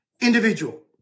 individual